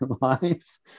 life